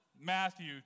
Matthew